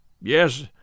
Yes